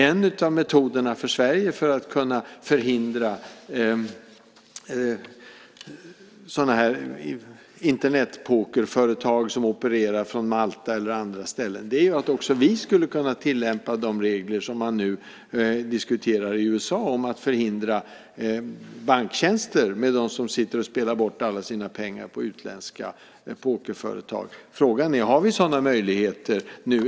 En av de metoder som Sverige skulle kunna använda för att förhindra sådana här Internetpokerföretag som opererar från Malta eller andra ställen är att också vi skulle kunna tillämpa de regler som man nu diskuterar i USA om att förhindra banktjänster för dem som sitter och spelar bort alla sina pengar på utländska pokerföretag. Frågan är: Har vi sådana möjligheter nu?